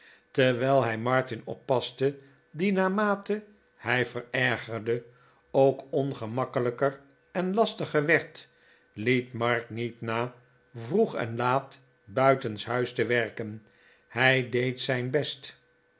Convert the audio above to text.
terwijl hij martin oppaste die naarmate hij verergerde ook ongemakkelijker en lastiger werd liet mark niet na vroeg en laat buitenshuis te werken hij deed zijn best